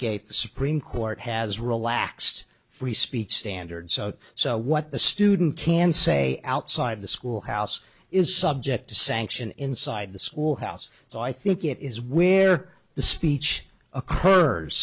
gate the supreme court has relaxed free speech standards out so what the student can say outside the school house is subject to sanction inside the school house so i think it is where the speech